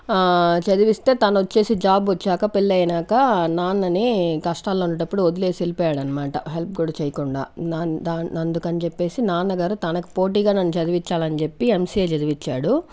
చదివిస్తే తనొచ్చేసి చదివిచ్చాక జాబు వచ్చాక పెళ్లయినాక నాన్నని కష్టాల్లో ఉండేటప్పుడు వదిలేసి వెళ్లిపోయాడనమాట హెల్ప్ కూడా చేయకుండా దా అందుకనిచెప్పేసి నాన్నగారు తనకు పోటీగా నన్ను చదివిచ్చాలని చెప్పి ఎంసిఏ చదివిచ్చాడు